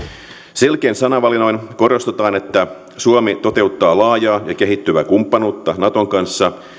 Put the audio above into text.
selkein sanavalinnoin korostetaan että suomi toteuttaa laajaa ja kehittyvää kumppanuutta naton kanssa